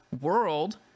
World